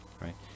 right